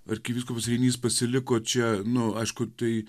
arkivyskupas reinys pasiliko čia nu aišku tai